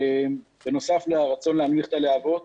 בנוסף לרצון להנמיך את הלהבות,